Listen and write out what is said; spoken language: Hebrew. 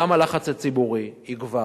גם הלחץ הציבורי יגבר,